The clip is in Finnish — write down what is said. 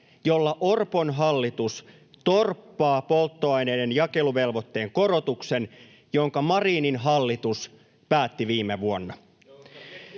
jolla Orpon hallitus torppaa polttoaineiden jakeluvelvoitteen korotuksen, jonka Marinin hallitus päätti viime vuonna.